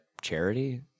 charity